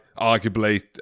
arguably